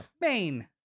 Main